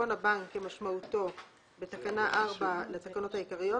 לחשבון הבנק כמשמעותו בתקנה 4 לתקנות העיקריות,